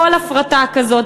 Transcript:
כל הפרטה כזאת,